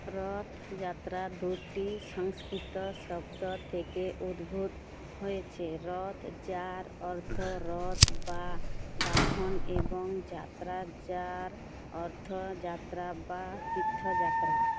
রথযাত্রা দুটি সংস্কৃত শব্দ থেকে উদ্ভূত হয়েছে রথ যার অর্থ রথ বা বাহন এবং যাত্রা যার অর্থ যাত্রা বা তীর্থযাত্রা